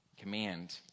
command